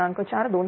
4259 बरोबर